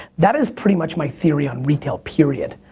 that is pretty much my theory on retail, period.